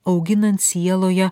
auginant sieloje